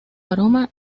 aroma